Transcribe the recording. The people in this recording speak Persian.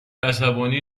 عصبانی